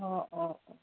অঁ অঁ অঁ